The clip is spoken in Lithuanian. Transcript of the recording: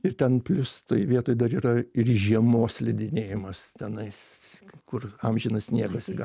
ir ten plius toj vietoj dar yra ir žiemos slidinėjimas tenais kur amžinas sniegas yra